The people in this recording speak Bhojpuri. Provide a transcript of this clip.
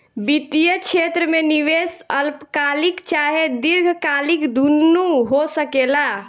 वित्तीय क्षेत्र में निवेश अल्पकालिक चाहे दीर्घकालिक दुनु हो सकेला